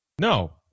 No